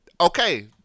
Okay